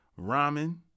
ramen